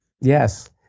Yes